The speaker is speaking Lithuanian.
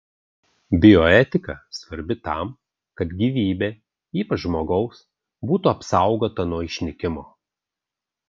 bioetika svarbi tam kad gyvybė ypač žmogaus būtų apsaugota nuo išnykimo